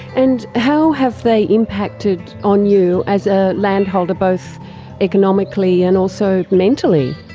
and how have they impacted on you as a landholder, both economically and also mentally?